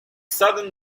southern